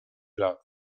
lat